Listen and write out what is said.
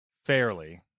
Fairly